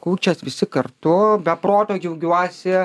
kūčias visi kartu be proto džiaugiuosi